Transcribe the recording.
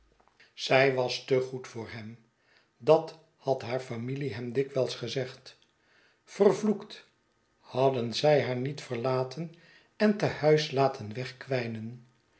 zij was te goed voor hem dat had haar familie hem dikwijls gezegd yervloekt hadden zij haar niet verlaten en te huis laten